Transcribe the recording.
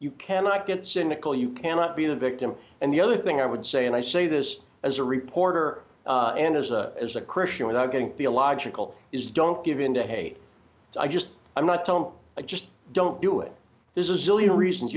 you cannot get cynical you cannot be the victim and the other thing i would say and i say this as a reporter and as a as a christian without getting theological is don't give in to hate i just i'm not tom i just don't do it there's a zillion reasons